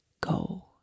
go